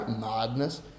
Madness